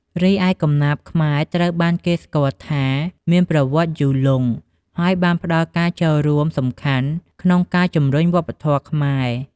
រីឯកំណាព្យខ្មែរត្រូវបានស្គាល់ថាមានប្រវត្តិយូរលង់ ហើយបានផ្តល់ការចូលរួមសំខាន់ក្នុងការជំរុញវប្បធម៌ខ្មែរ។